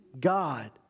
God